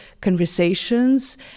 conversations